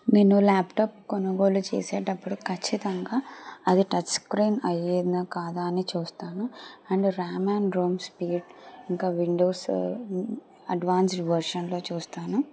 నేను ల్యాప్టాప్ కొనుగోలు చేసేటప్పుడు ఖచ్చితంగా అది టచ్ స్క్రీన్ అయ్యేనా కాదా అని చూస్తాను and RAM and ROM speed ఇంకా విండోస్ అడ్వాన్స్డ్ వర్షన్లో చూస్తాను